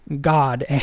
God